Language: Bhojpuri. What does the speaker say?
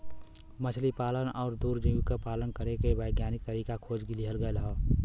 मछली पालन आउर दूसर जीव क पालन करे के वैज्ञानिक तरीका खोज लिहल गयल हौ